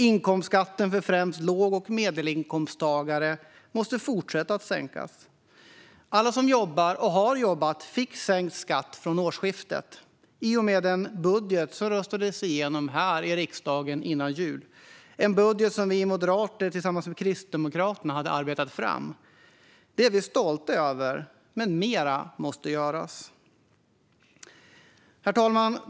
Inkomstskatten för främst låg och medelinkomsttagare måste fortsätta att sänkas. Alla som jobbar och har jobbat fick sänkt skatt från årsskiftet i och med den budget som röstades igenom här i riksdagen före jul, en budget som vi moderater tillsammans med Kristdemokraterna hade arbetat fram. Det är vi stolta över, men mer måste göras. Herr talman!